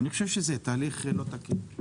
אני חושב שהתהליך לא תקין.